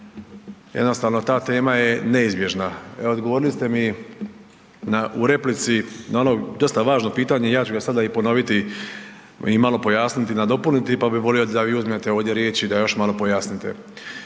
Jednostavno, ta tema je neizbježna. Evo, odgovorili ste mi na, u replici na ono dosta važno pitanje, ja ću ga sada i ponoviti i malo pojasniti i nadopuniti pa bi volio da vi uzmete ovdje riječ i da još malo pojasnite.